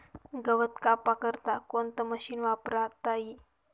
गवत कापा करता कोणतं मशीन वापरता ई?